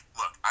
look